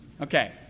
Okay